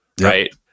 Right